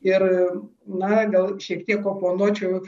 ir na gal šiek tiek oponuočiau